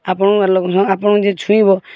ଆପଣଙ୍କ ଅଲଗା ଆପଣଙ୍କୁ ଯିଏ ଛୁଇଁବ